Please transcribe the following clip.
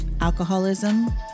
alcoholism